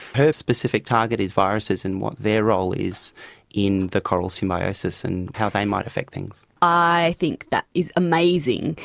her specific target is viruses and what their role is in the coral symbiosis and how they might affect things. i think that is amazing,